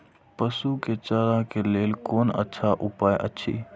पशु के चारा के लेल कोन अच्छा उपाय अछि?